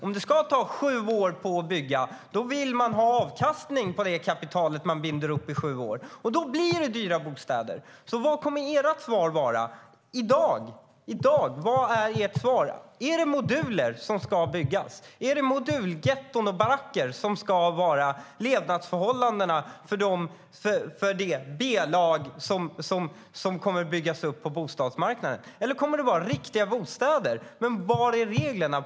Om det ska ta sju år att bygga vill man ha avkastning på kapitalet man binder upp i sju år, och då blir det dyra bostäder. Vad kommer ert svar på detta att vara? Vad är ert svar i dag? Är det moduler som ska byggas? Är det modulgetton och baracker som ska vara levnadsförhållandena för det B-lag som kommer att byggas upp på bostadsmarknaden, eller kommer det att vara riktiga bostäder? Var är reglerna?